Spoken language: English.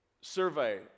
survey